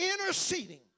Interceding